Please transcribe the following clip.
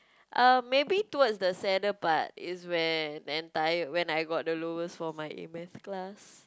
uh maybe towards the sadder part is when the entire when I get the lowest for my A-maths class